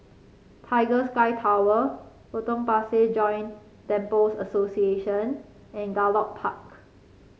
Tiger Sky Tower Potong Pasir Joint Temples Association and Gallop Park